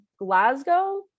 Glasgow